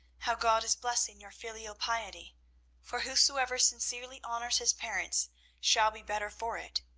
how god is blessing your filial piety for whosoever sincerely honours his parents shall be better for it.